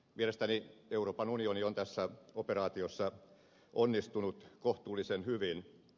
mielestäni euroopan unioni on tässä operaatiossa onnistunut kohtuullisen hyvin